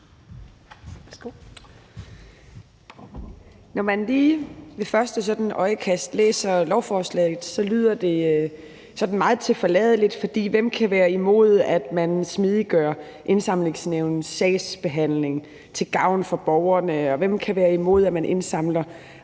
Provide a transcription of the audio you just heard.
Når man lige sådan ved første øjekast læser lovforslaget, lyder det sådan meget tilforladeligt. For hvem kan være imod, at man smidiggør Indsamlingsnævnets sagsbehandling til gavn for borgerne, og hvem kan være imod, at man indsamler